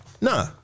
Nah